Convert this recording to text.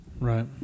right